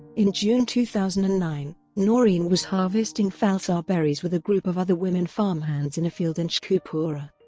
in june two thousand and nine, noreen was harvesting falsa berries with a group of other women farmhands in a field in sheikhupura.